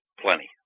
Plenty